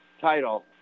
title